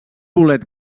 bolet